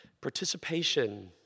Participation